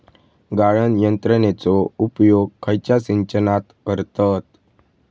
गाळण यंत्रनेचो उपयोग खयच्या सिंचनात करतत?